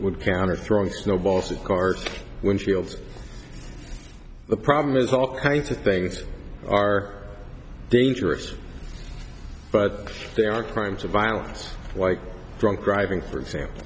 would counter throwing snowballs at car windshields the problem is all kinds of things are dangerous but there are crimes of violence like drunk driving for example